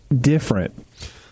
different